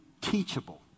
teachable